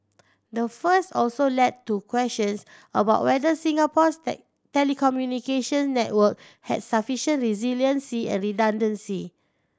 the also led to questions about whether Singapore's telecommunications network has sufficient resiliency and redundancy